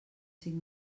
cinc